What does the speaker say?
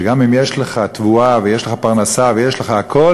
שגם אם יש לך תבואה ויש לך פרנסה ויש לך הכול,